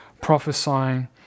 prophesying